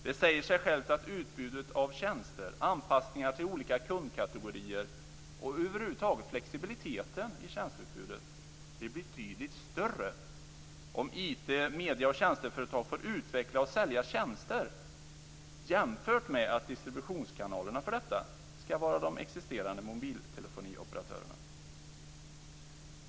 Det säger sig självt att utbudet av tjänster, anpassningarna till olika kundkategorier och över huvud taget flexibiliteten i tjänsteutbudet blir betydligt större om IT-, medie och tjänsteföretag får utveckla och sälja tjänster jämfört med att distributionskanalerna för detta ska vara de existerande mobiltelefonioperatörerna.